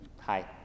Hi